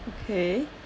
okay